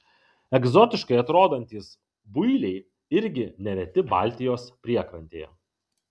egzotiškai atrodantys builiai irgi nereti baltijos priekrantėje